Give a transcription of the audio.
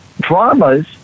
dramas